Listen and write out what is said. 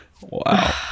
Wow